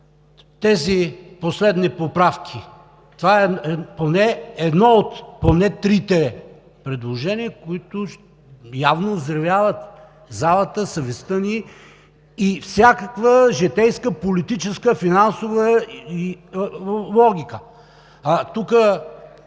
тези последни поправки? Това е едно от поне трите предложения, които явно взривяват залата, съвестта ни и всякаква житейска, политическа и финансова логика. Тук